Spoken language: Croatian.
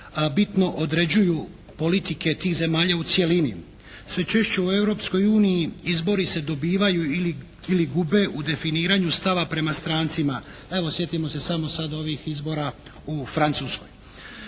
bitno određuju politike tih zemalja u cjelini. Sve češće u Europskoj uniji izbori se dobivaju ili gube u definiranju stava prema strancima. Evo sjetimo se samo sad ovih izbora u Francuskoj.